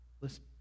Listen